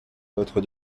l’autre